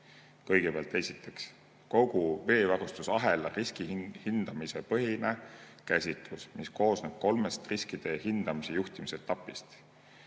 muudatust. Esiteks, kogu veevarustusahela riskihindamise põhine käsitlus, mis koosneb kolmest riskide hindamise ja juhtimise etapist: